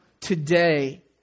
today